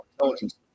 intelligence